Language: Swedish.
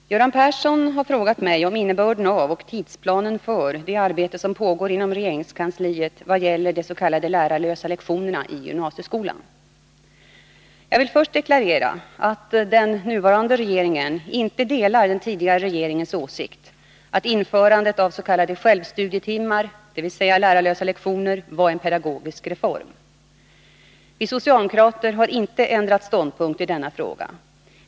Herr talman! Göran Persson har frågat mig om innebörden av och tidsplanen för det arbete som pågår inom regeringskansliet vad gäller de s.k. lärarlösa lektionerna i gymnasieskolan. Jag vill först deklarera att den nuvarande regeringen inte delar den tidigare regeringens åsikt att införandet av s.k. självstudietimmar, dvs. lärarlösa lektioner, var en pedagogisk reform. Vi socialdemokrater har inte ändrat ståndpunkt i denna fråga.